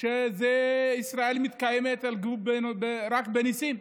אלא שישראל מתקיימת רק בניסים.